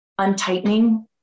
untightening